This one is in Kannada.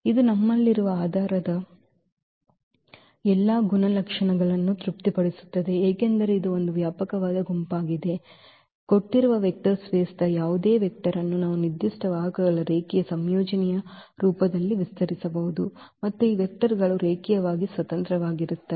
ಇದು ನಮ್ಮಲ್ಲಿರುವ ಆಧಾರದ ಎಲ್ಲಾ ಗುಣಲಕ್ಷಣಗಳನ್ನು ತೃಪ್ತಿಪಡಿಸುತ್ತದೆ ಏಕೆಂದರೆ ಇದು ಒಂದು ವ್ಯಾಪಕವಾದ ಗುಂಪಾಗಿದೆ ಏಕೆಂದರೆ ಕೊಟ್ಟಿರುವ ವೆಕ್ಟರ್ ಸ್ಪೇಸ್ ದ ಯಾವುದೇ ವೆಕ್ಟರ್ ಅನ್ನು ನಾವು ನಿರ್ದಿಷ್ಟ ವಾಹಕಗಳ ರೇಖೀಯ ಸಂಯೋಜನೆಯ ರೂಪದಲ್ಲಿ ವಿಸ್ತರಿಸಬಹುದು ಮತ್ತು ಈ ವೆಕ್ಟರ್ ಗಳು ರೇಖೀಯವಾಗಿ ಸ್ವತಂತ್ರವಾಗಿರುತ್ತವೆ